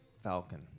falcon